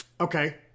Okay